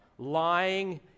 Lying